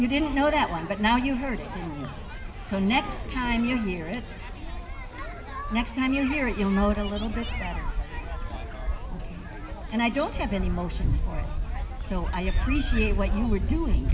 you didn't know that one but now you heard the next time you hear it next time you hear it you'll note a little bit and i don't have an emotion so i appreciate what you were doing